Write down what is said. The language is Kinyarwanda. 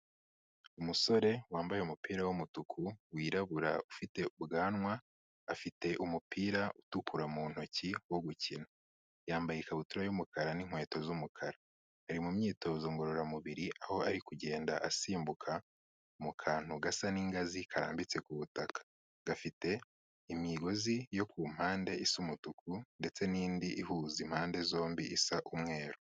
Umusore wambaye umupira w'umutuku, wirabura ufite ubwanwa, afite umupira utukura mu ntoki wo gukina. Yambaye ikabutura y'umukara n'inkweto z'umukara; ari mu myitozo ngororamubiri aho ari kugenda asimbuka, mu kantu gasa n'ingazi karambitse ku butaka gafite imigozi yo ku mpande isa umutuku, ndetse n'indi ihuza impande zombi isa umweru.